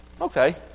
Okay